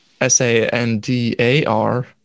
S-A-N-D-A-R